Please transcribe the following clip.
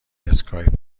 اسکایپ